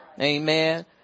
Amen